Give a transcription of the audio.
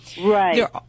Right